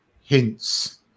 hints